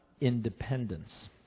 independence